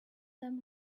them